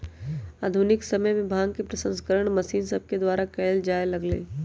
आधुनिक समय में भांग के प्रसंस्करण मशीन सभके द्वारा कएल जाय लगलइ